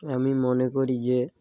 আমি মনে করি যে